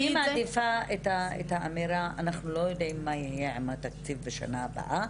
אני מעדיפה את האמירה אנחנו לא יודעים מה יהיה עם התקציב בשנה הבאה,